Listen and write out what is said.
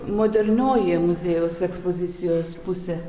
modernioji muziejaus ekspozicijos pusė